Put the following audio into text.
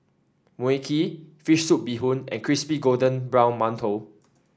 Mui Kee fish soup Bee Hoon and Crispy Golden Brown Mantou